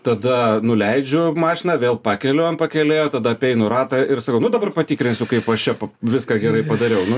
tada nuleidžiu mašiną vėl pakeliu an pakėlėjo tada apeinu ratą ir sakau nu dabar patikrinsiu kaip aš čia p viską gerai padariau nu